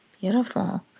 Beautiful